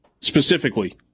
specifically